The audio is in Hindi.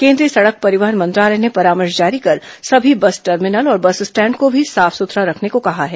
केंद्रीय सड़क परिवहन मंत्रालय ने परामर्श जारी कर सभी बस टर्मिनल और बस स्टैंड को भी साफ सुथरा रखने को कहा है